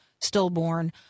stillborn